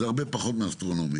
זה הרבה פחות מאסטרונומי.